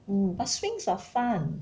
mm but swings are fun